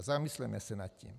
Zamysleme se nad tím.